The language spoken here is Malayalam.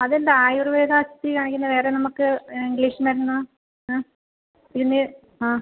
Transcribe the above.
അതെന്താ ആയുർവേദത്തിൽ കാണിക്കുന്നത് വേറെ നമുക്ക് ഇംഗ്ലീഷ് മരുന്ന് ആ ഇതിന് ആ